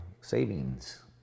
savings